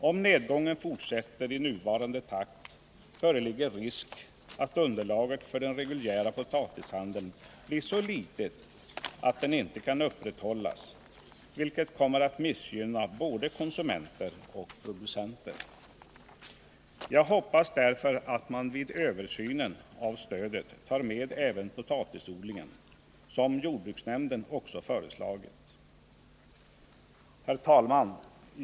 Om nedgången fortsätter i nuvarande takt föreligger risk för att underlaget för den reguljära potatishandeln blir så litet att den inte kan upprätthållas, vilket kommer att missgynna både konsumenter och producenter. Jag hoppas därför att man vid den kommande översynen tar med även frågan om stöd till potatisodlingen, något som jordbruksnämnden också föreslagit. Herr talman!